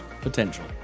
potential